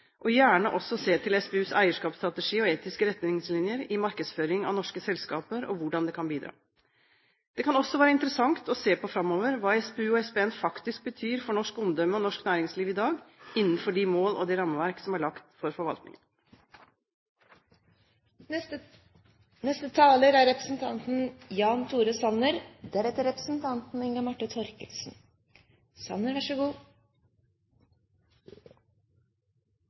og gjerne også se til SPUs eierskapsstrategi og etiske retningslinjer i markedsføring av norske selskaper og hvordan det kan bidra. Det kan også være interessant å se på framover hva SPU og SPN faktisk betyr for norsk omdømme og norsk næringsliv i dag, innenfor de mål og det rammeverk som er lagt for forvaltningen. Vi har lagt bak oss nok et år med svært god